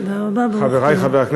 תודה רבה, חברי חברי הכנסת,